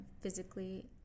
Physically